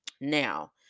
now